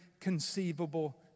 conceivable